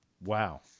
wow